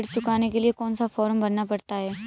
ऋण चुकाने के लिए कौन सा फॉर्म भरना पड़ता है?